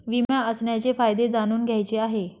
विमा असण्याचे फायदे जाणून घ्यायचे आहे